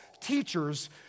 teachers